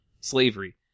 slavery